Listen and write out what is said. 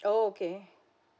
oh okay